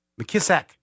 McKissack